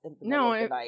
No